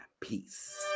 Peace